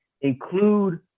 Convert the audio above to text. include